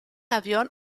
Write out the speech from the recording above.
avión